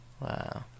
wow